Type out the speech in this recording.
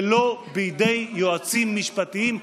ולא בידי יועצים משפטיים,